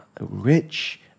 rich